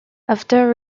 after